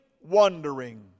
wondering